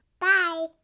Bye